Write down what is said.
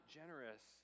generous